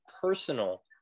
personal